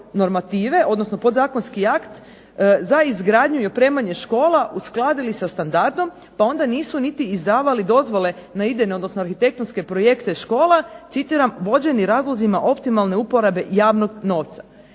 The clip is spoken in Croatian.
odnosno podzakonski akt za izgradnju i opremanje škola uskladili sa standardom pa onda nisu niti izdavali dozvole na idejne odnosno arhitektonske projekte škola citiram vođeni razlozima optimalne uporabe javnog novca.